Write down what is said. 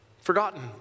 forgotten